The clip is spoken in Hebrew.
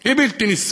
היא בלתי נסבלת.